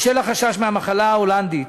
בשל החשש מ"המחלה ההולנדית",